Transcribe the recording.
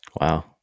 Wow